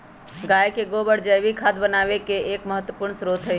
गाय के गोबर जैविक खाद बनावे के एक महत्वपूर्ण स्रोत हई